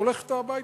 והולך אתה הביתה,